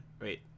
Wait